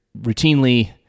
routinely